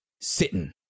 sitting